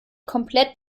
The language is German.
komplett